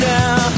now